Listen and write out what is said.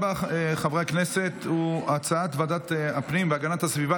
בוועדת הכלכלה ובוועדת הפנים והגנת הסביבה